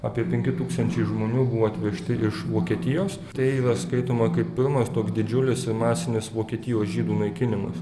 apie penki tūkstančiai žmonių buvo atvežti iš vokietijos tai yra skaitoma kaip pirmas toks didžiulis ir masinis vokietijos žydų naikinimas